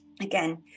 again